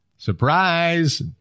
Surprise